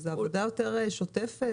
זו עבודה יותר שוטפת.